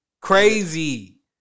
Crazy